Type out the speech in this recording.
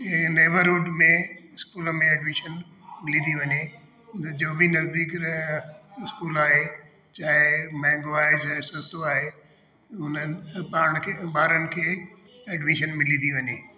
इहे नेबरहूड में स्कूल में एडमिशन मिली ती वञे त जो बि नजदीक इस्कूल आहे चाहे महंगो आए चाहे सस्तो आहे उन्हनि पाण खे ॿारनि खे एडमिशन मिली थी वञे